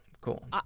Cool